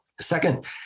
Second